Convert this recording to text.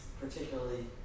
particularly